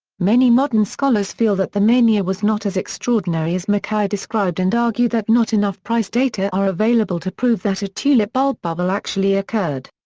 many modern scholars feel that the mania was not as extraordinary as mackay described and argue that not enough price data are available to prove that a tulip bulb bubble actually occurred.